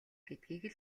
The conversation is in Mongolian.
гэдгийг